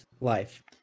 life